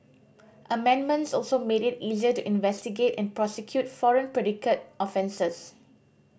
amendments also made it easier to investigate and prosecute foreign predicate offences